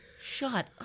Shut